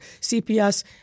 CPS